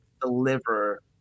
deliver